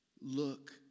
look